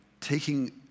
taking